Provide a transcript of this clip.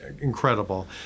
incredible